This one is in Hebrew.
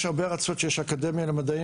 יש הרבה ארצות שיש בהן אקדמיה למדעים